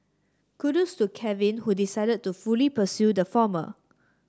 kudos Kevin who decided to fully pursue the former